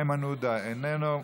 איימן עודה, איננו.